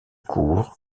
court